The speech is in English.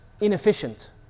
inefficient